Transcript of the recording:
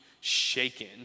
shaken